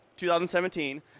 2017